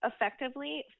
effectively